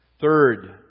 Third